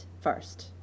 first